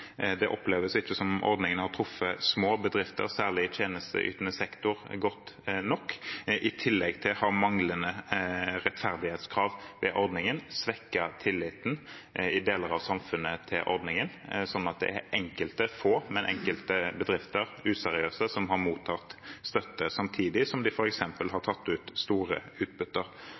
det ikke oppleves som ordningen har truffet små bedrifter, særlig i tjenesteytende sektor, godt nok. I tillegg til å ha manglende rettferdighetskrav vil ordningen svekke tilliten til ordningen i deler av samfunnet. Det er enkelte, få, useriøse bedrifter som har mottatt støtte samtidig som de f.eks. har tatt ut store utbytter.